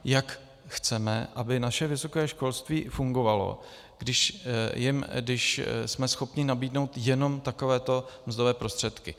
Jak chceme, aby naše vysoké školství fungovalo, když jsme schopni nabídnout jenom takové mzdové prostředky?